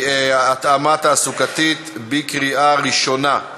(התאמה תעסוקתית), התשע"ו 2016, בקריאה ראשונה.